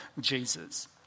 Jesus